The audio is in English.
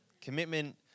Commitment